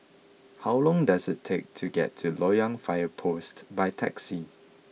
how long does it take to get to Loyang Fire Post by taxi